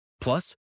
Plus